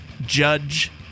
judge